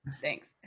Thanks